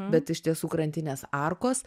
bet iš tiesų krantinės arkos